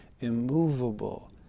immovable